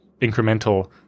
incremental